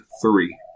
three